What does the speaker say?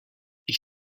ich